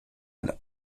ein